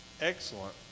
excellent